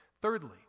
Thirdly